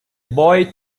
boy